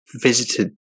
visited